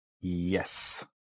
Yes